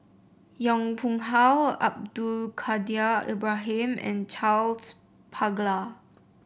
Yong Pung How Abdul Kadir Ibrahim and Charles Paglar